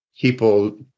people